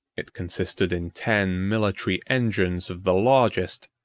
it consisted in ten military engines of the largest,